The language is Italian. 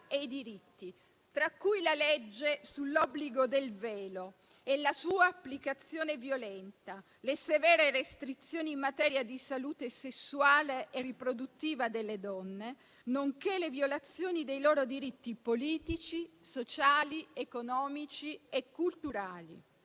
e i diritti, tra cui la legge sull'obbligo del velo e la sua applicazione violenta, le severe restrizioni in materia di salute sessuale e riproduttiva delle donne, nonché le violazioni dei loro diritti politici, sociali, economici e culturali.